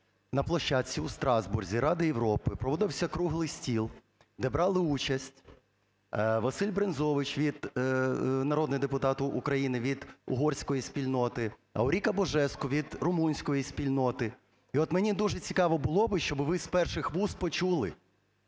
на площадці у Страсбурзі Ради Європи проводився круглий стіл, де брали участь Василь Брензович від… народний депутат України від угорської спільноти, Ауріка Божеску від румунської спільноти. І от мені дуже цікаво було би, щоби ви з перших вуст почули,